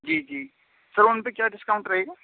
جی جی سر ان پہ کیا ڈسکاؤنٹ رہے گا